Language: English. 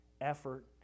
effort